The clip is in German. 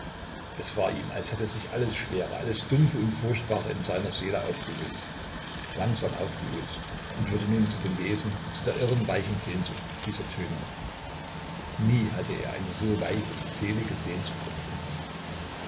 es war ihm als hätte sich alles schwere alles dumpfe und furchtbare in seiner seele aufgelöst langsam aufgelöst und würde nun zu dem wesen zu der irren weichen sehnsucht dieser töne nie hatte er eine so weiche selige sehnsucht empfunden